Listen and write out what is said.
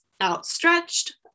outstretched